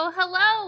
hello